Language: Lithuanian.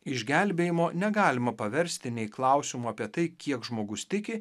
išgelbėjimo negalima paversti nei klausimu apie tai kiek žmogus tiki